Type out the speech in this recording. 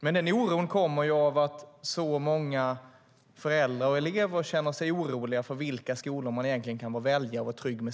Men den oron kommer ju av att så många föräldrar och elever känner sig oroliga för vilka skolor de egentligen kan välja och vara trygga med.